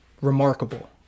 remarkable